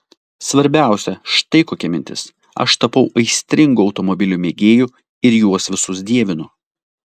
svarbiausia štai kokia mintis aš tapau aistringu automobilių mėgėju ir juos visus dievinu